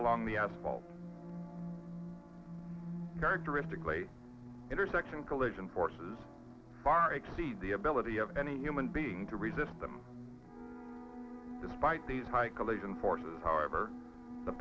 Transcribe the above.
along the asphalt characteristically intersection collision forces far exceed the ability of any human being to resist them despite these high collision forces however the